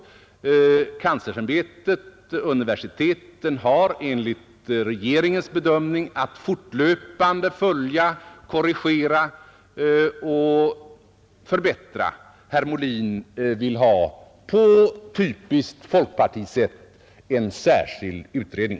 Universitetskanslersämbetet och universiteten har enligt regeringens bedömning att fortlöpande följa, korrigera och förbättra. Herr Molin vill på typiskt folkpartisätt ha en särskild utredning.